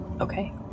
Okay